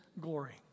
glory